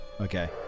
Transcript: Okay